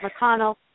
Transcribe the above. McConnell